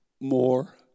more